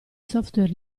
software